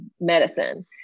medicine